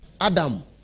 Adam